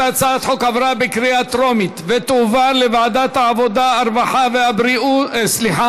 התשע"ו 2016, לוועדת העבודה, הרווחה והבריאות